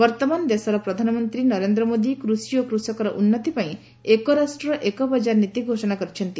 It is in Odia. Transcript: ବର୍ଉମାନ ଦେଶର ପ୍ରଧାନମନ୍ତୀ ନରେନ୍ର ମୋଦୀ ଏଇ କୃଷି ଓ କୃଷକର ଉନ୍ନତି ପାଇଁ ଏକ ରାଷ୍ଟ ଏକ ବକାର ନୀତି ଘୋଷଣା କରିଛନ୍ତି